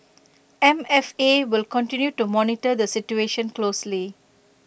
M F A will continue to monitor the situation closely